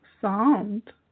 sound